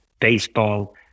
baseball